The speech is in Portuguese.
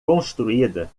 construída